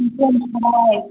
chicken fry